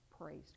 praised